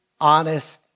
honest